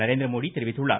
நரேந்திரமோடி தெரிவித்துள்ளார்